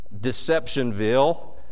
deceptionville